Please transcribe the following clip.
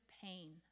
pain